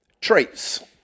Traits